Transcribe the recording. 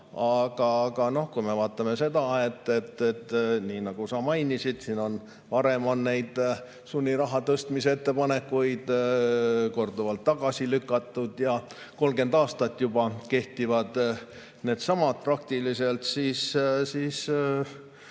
Aga kui me vaatame seda, et nagu sa mainisid, siin on varem neid sunniraha tõstmise ettepanekuid korduvalt tagasi lükatud ja 30 aastat juba kehtivad praktiliselt ikka